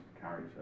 character